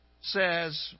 says